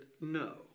no